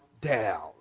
down